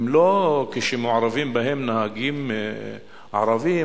כשמעורבים בהן נהגים ערבים,